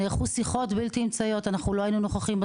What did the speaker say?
נערכו שיחות בלתי אמצעיות בהן לא היו נוכחים,